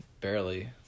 Barely